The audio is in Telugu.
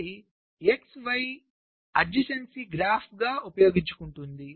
ఇది x y సమీపత్వ గ్రాఫ్ ఉపయోగించుకుంటుంది